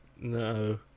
No